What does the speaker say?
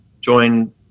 join